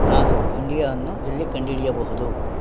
ನಾನು ಇಂಡಿಯಾವನ್ನು ಎಲ್ಲಿ ಕಂಡಿಡಿಯಬಹುದು